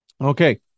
Okay